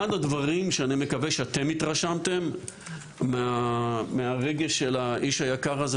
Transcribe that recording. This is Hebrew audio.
אחד הדברים שאני מקווה שאתם התרשמתם מהרגש של האיש היקר הזה,